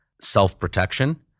self-protection